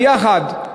הביחד,